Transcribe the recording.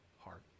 heart